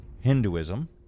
Hinduism